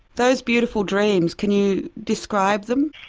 those beautiful dreams can you describe them?